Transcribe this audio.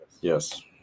Yes